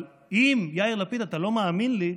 אבל אם, יאיר לפיד, אתה לא מאמין לי,